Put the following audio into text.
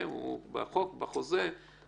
מכיוון שזה הוראות יותר אופרטיביות,